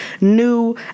new